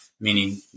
meaning